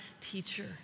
teacher